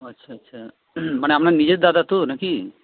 আচ্ছা আচ্ছা মানে আপনার নিজের দাদা তো না কি